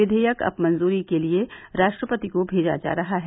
विघेयक अब मंजूरी के लिए राष्ट्रपति को भेजा जा रहा है